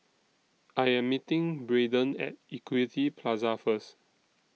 I Am meeting Brayden At Equity Plaza First